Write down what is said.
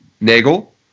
Nagel